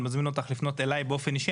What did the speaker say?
אני מזמין אותך לפנות אלי באופן אישי,